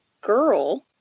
girl